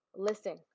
Listen